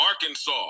Arkansas